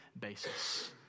basis